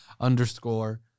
underscore